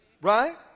Right